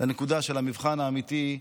לנקודה של המבחן האמיתי,